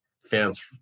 fans